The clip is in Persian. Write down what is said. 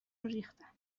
ریختن